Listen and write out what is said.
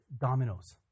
dominoes